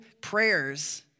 prayers